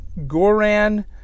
Goran